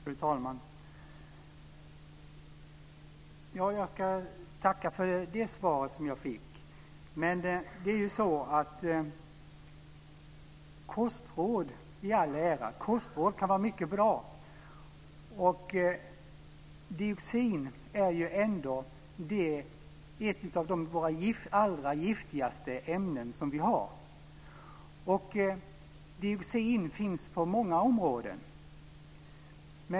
Fru talman! Jag tackar även för detta svar. Kostråd i all ära - de kan vara mycket bra. Men dioxin är ändå ett av de allra giftigaste ämnen som vi har. Dioxin finns på många områden.